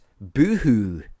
Boohoo